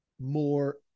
more